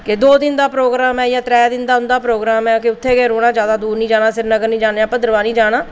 ते दो दिन दा प्रोग्राम आइया जां त्रैऽ दिन दा प्रोग्राम आइया ते उत्थें गै रौंह्ना श्रीनगर निं जाना ज्यादा दूर निं जाना जां भद्रवाह निं जाना